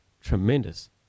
tremendous